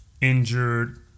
injured